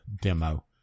demo